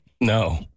No